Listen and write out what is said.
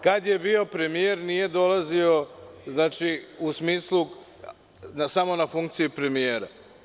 Kad je bio premijer, nije dolazio u smislu samo na funkciji premijera.